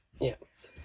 Yes